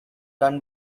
done